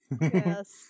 Yes